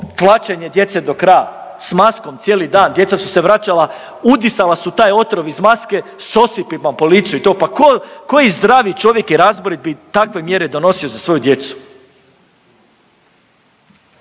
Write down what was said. tlačenje djece do kraja, s maskom cijeli dan. Djeca su se vraćala, udisala su taj otrov iz maske s osipima po licu i to. Pa tko, koji zdravi čovjek i razborit bi takve mjere donosio za svoju djecu.